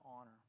honor